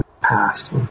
past